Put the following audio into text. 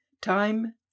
Time